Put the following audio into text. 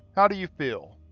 how do you feel?